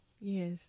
yes